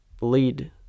lead